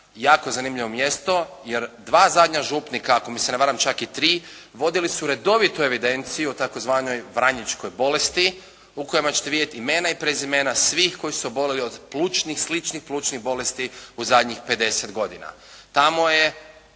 jako zanimljivo mjesto jer dva zadnja župnika ako se ne varam čak i tri vodili su redovito evidenciju o tzv. «vranjičkoj bolesti» u kojima ćete vidjeti imena i prezimena svih koji su oboljeli od plućnih, sličnih plućnih bolesti u zadnjih 50 godina. Tamo je